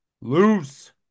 loose